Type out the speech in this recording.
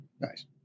Nice